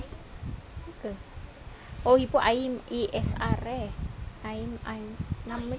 oh he put aim E S R eh aim nama